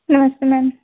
नमस्ते मैम